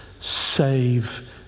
save